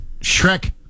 shrek